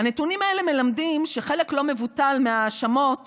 הנתונים האלה מלמדים שחלק לא מבוטל מההאשמות